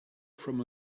from